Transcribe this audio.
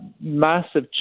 massive